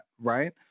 right